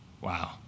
Wow